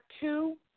two